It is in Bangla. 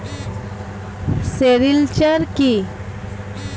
সেরিলচার কি?